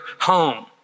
home